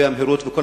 מהירות וכו'.